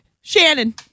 Shannon